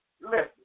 Listen